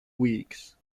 weeks